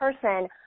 person